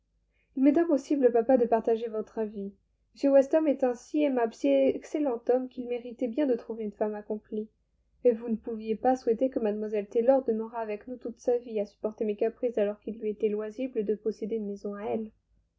il m'est impossible papa de partager votre avis m weston est un si aimable si excellent homme qu'il méritait bien de trouver une femme accomplie et vous ne pouviez pas souhaiter que mlle taylor demeurât avec nous toute sa vie à supporter mes caprices alors qu'il lui était loisible de posséder une maison à elle